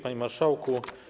Panie Marszałku!